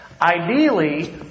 Ideally